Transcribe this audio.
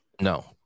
No